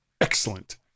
excellent